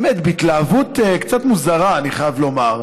באמת, בהתלהבות קצת מוזרה, אני חייב לומר,